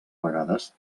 vegades